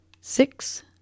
six